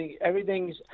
Everything's